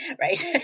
right